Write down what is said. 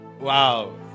wow